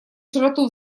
широту